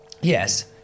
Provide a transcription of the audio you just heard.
Yes